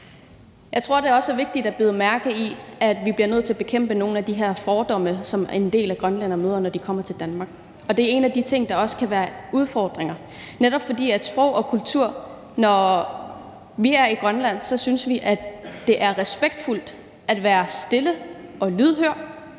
Jeg tror også, det er vigtigt at bide mærke i, at vi bliver nødt til at bekæmpe nogle af de fordomme, som en del grønlændere møder, når de kommer til Danmark, og en af de ting, der også kan være en udfordring, er netop sprog og kultur. Når vi er i Grønland, synes vi, at det er respektfuldt at være stille og lydhør,